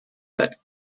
that